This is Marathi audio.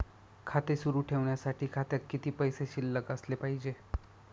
खाते सुरु ठेवण्यासाठी खात्यात किती पैसे शिल्लक असले पाहिजे?